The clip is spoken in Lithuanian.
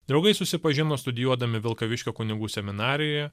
draugai susipažino studijuodami vilkaviškio kunigų seminarijoje